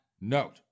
note